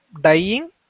dying